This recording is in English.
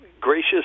gracious